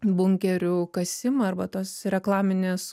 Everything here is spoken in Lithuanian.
bunkerių kasimą arba tos reklaminės